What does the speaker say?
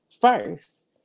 first